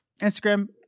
Instagram